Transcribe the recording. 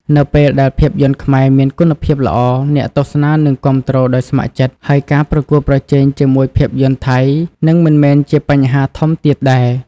នៅពេលដែលភាពយន្តខ្មែរមានគុណភាពល្អ អ្នកទស្សនានឹងគាំទ្រដោយស្ម័គ្រចិត្ត ហើយការប្រកួតប្រជែងជាមួយភាពយន្តថៃនឹងមិនមែនជាបញ្ហាធំទៀតដែរ។